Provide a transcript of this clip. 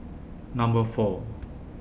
Number four